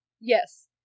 yes